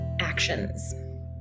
actions